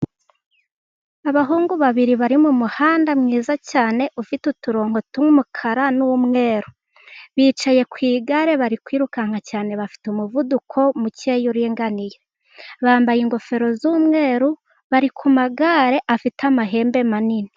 Abahungu babiri bari mu muhanda mwiza cyane, ufite uturongo tw'umukara n'umweru. Bicaye ku igare bari kwirukanka cyane, bafite umuvuduko mukeya uringaniye. Bambaye ingofero z'umweru, bari ku magare afite amahembe manini.